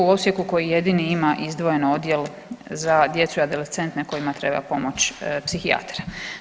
U Osijeku koji jedini ima izdvojen odjel za djecu i adolescente kojima treba pomoć psihijatra.